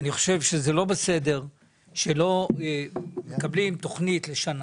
אני חושב שזה לא בסדר שלא מקבלים תכנית לשנה.